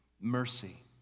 mercy